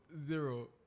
zero